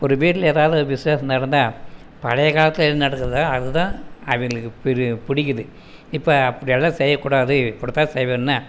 ஒரு வீட்டில் ஏதாவது விசஷேம் நடந்தால் பழைய காலத்தில் எது நடக்குதோ அதுதான் அவங்களுக்கு பிடி பிடிக்கிது இப்போ அப்படியெல்லாம் செய்யக்கூடாது இப்படிதான் செய்வேன்னு